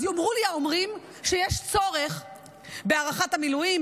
אז יאמרו לי האומרים שיש צורך בהארכת המילואים,